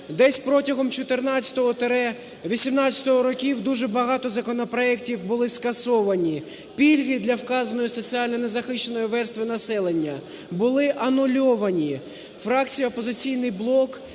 десь протягом 2014-2018 років, багато законопроектів були скасовані. Пільги для вказаної соціально не захищеної верстви населення, були анульовані. Фракція "Опозиційний блок"